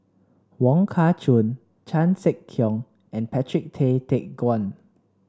Wong Kah Chun Chan Sek Keong and Patrick Tay Teck Guan